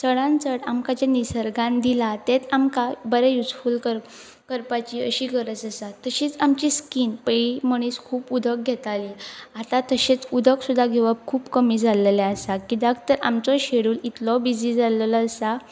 चडान चड आमकां जे निसर्गान दिलां तेंत आमकां बरें यूजफूल कर करपाची अशी गरज आसा तशीच आमची स्कीन पयळी मनीस खूब उदक घेताली आतां तशेंच उदक सुद्दा घेवप खूब कमी जाल्लेलें आसा किद्याक तर आमचो शेड्यूल इतलो बिजी जाल्लेलो आसा